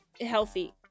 healthy